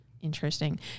interesting